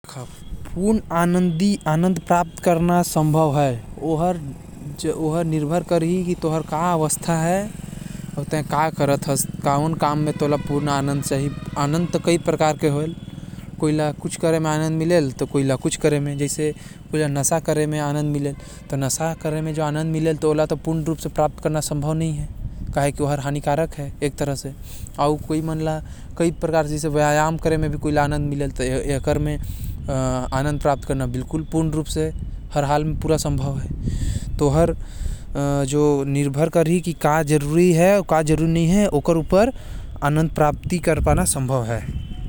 पूर्ण आंनद प्राप्त कर सकत ह, ओकर बर तोके ओ काम करना पढ़ी, जेकर म तोके आनंद मिलथे। आनंद तो कई प्रकार के होथे -अगर तोके व्यायाम करे से आनंद मिलथे तो तै वही करबे। पूर्ण आनंद प्राप्त हो सकत ह बस तोर काम सही होना चाही।